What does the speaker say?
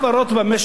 ישראליות,